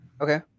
okay